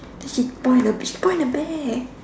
then she point at the she point at the bear